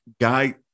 guy